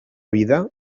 vida